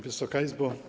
Wysoka Izbo!